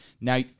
Now